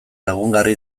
lagungarri